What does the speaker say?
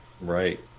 Right